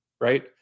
right